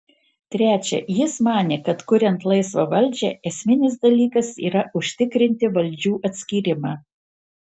trečia jis manė kad kuriant laisvą valdžią esminis dalykas yra užtikrinti valdžių atskyrimą